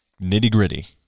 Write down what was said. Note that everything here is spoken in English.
nitty-gritty